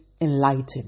enlightened